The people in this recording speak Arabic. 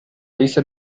ليس